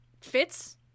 fits